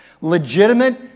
Legitimate